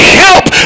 help